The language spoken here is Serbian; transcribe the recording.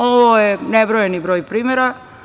Ovo je nebrojan broj primera.